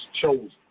chosen